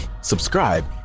subscribe